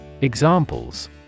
Examples